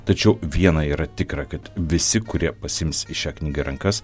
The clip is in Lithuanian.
tačiau viena yra tikra kad visi kurie pasiims šią knygą į rankas